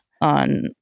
on